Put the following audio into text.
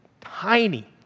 tiny